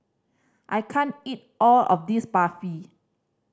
I can't eat all of this Barfi